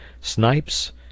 snipes